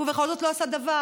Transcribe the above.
ובכל זאת לא עשה דבר.